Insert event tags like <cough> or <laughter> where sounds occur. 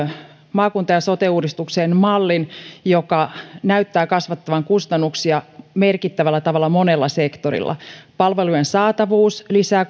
maakunta ja sote uudistukseen mallin joka näyttää kasvattavan kustannuksia merkittävällä tavalla monella sektorilla palvelujen saatavuus lisää <unintelligible>